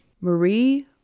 marie